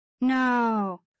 No